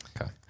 Okay